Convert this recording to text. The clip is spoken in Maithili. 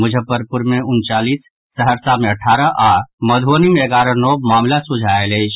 मुजफ्फरपुर उनचालीस सहरसा मे अठारह आओर मधुबनी मे एगारह नव मामिला सोझा आयल अछि